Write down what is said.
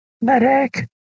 Medic